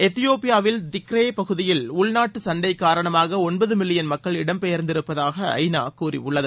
எத்தியோப்பியாவில் Tigray பகுதியில் உள்நாட்டு சண்டைக் காரணமாக ஒன்பது மில்லியன் மக்கள் இடம் பெயர்ந்திருப்பதாக ஐ நா கூறியுள்ளது